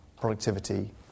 productivity